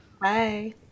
Bye